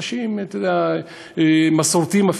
אנשים מסורתיים,